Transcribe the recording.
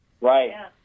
Right